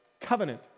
covenant